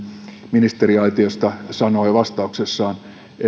ministeriaitiosta sanoi vastauksessaan